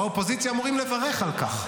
באופוזיציה אמורים לברך על כך.